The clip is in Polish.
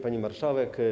Pani Marszałek!